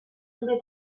zure